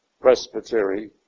Presbytery